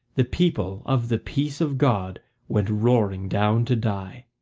the people of the peace of god went roaring down to die.